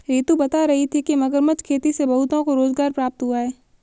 रितु बता रही थी कि मगरमच्छ खेती से बहुतों को रोजगार प्राप्त हुआ है